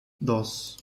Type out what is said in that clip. dos